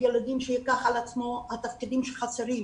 ילדים שייקח על עצמו את התפקידים שחסרים,